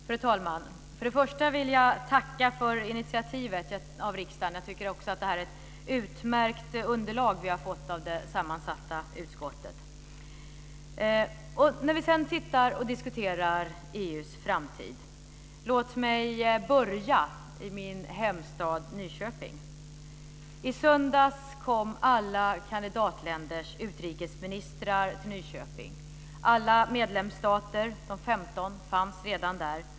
Fru talman! För det första vill jag tacka för initiativet av riksdagen. Jag tycker för det andra att det är ett utmärkt underlag vi har fått av det sammansatta utskottet. Låt mig, när vi diskuterar EU:s framtid, börja i min hemstad Nyköping. I söndags kom alla kandidatländers utrikesministrar till Nyköping. Alla medlemsstater - de 15 - fanns redan där.